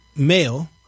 male